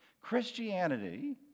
Christianity